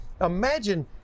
imagine